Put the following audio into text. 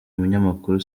umunyamakuru